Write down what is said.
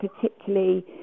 particularly